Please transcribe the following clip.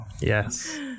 Yes